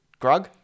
Grug